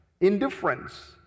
Indifference